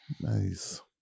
Nice